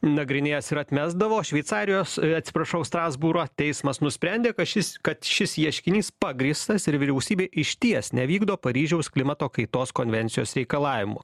nagrinėjęs ir atmesdavo šveicarijos atsiprašau strasbūro teismas nusprendė kad šis kad šis ieškinys pagrįstas ir vyriausybė išties nevykdo paryžiaus klimato kaitos konvencijos reikalavimų